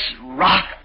rock